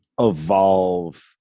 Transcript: evolve